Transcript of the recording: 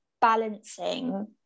balancing